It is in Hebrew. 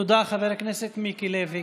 תודה, חבר הכנסת מיקי לוי.